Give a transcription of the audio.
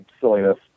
silliness